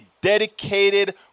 dedicated